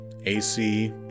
AC